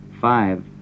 five